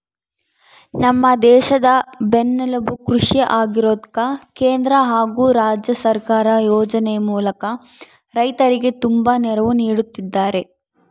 ನಮ್ಮ ದೇಶದ ಬೆನ್ನೆಲುಬು ಕೃಷಿ ಆಗಿರೋದ್ಕ ಕೇಂದ್ರ ಹಾಗು ರಾಜ್ಯ ಸರ್ಕಾರ ಯೋಜನೆ ಮೂಲಕ ರೈತರಿಗೆ ತುಂಬಾ ನೆರವು ನೀಡುತ್ತಿದ್ದಾರೆ